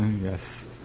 Yes